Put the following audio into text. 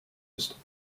ist